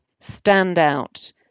standout